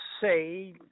say